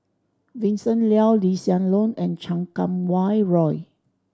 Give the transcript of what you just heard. Vincent Leow Lee Hsien Loong and Chan Kum Wah Roy